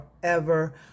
forever